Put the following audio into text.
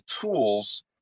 tools